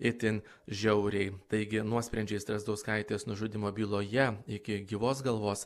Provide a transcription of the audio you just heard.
itin žiauriai taigi nuosprendžiai strazdauskaitės nužudymo byloje iki gyvos galvos